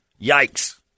Yikes